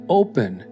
open